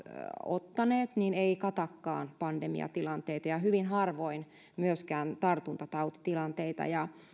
ottaneet ei katakaan pandemiatilanteita ja hyvin harvoin kattaa myöskään tartuntatautitilanteita